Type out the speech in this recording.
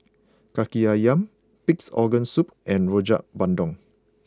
Kaki Ayam Pig'S Organ Soup and Rojak Bandung